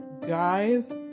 guys